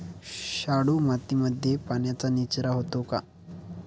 शाडू मातीमध्ये पाण्याचा निचरा होतो का?